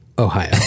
Ohio